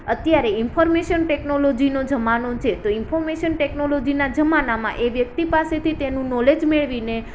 અત્યારે ઇન્ફોર્મેશન ટેકનોલોજીનો જમાનો છે તો ઇન્ફોર્મેશન ટેકનોલોજીના જમાનામાં એ વ્યક્તિ પાસેથી તેનુ નોલેજ મેળવીને